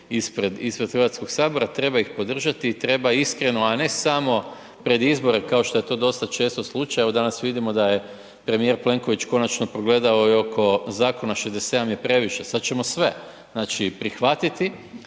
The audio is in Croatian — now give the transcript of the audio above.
ispred HS, treba ih podržati, treba iskreno, a ne samo pred izbore kao što je to dosta često slučaj, evo danas vidimo da je premijer Plenković konačno progledao i oko Zakona „67 je previše“, sad ćemo sve znači prihvatiti,